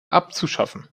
abzuschaffen